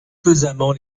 pesamment